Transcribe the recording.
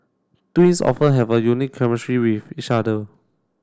twins often have a unique chemistry with each other